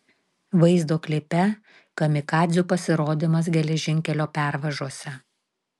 vaizdo klipe kamikadzių pasirodymas geležinkelio pervažose